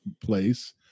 place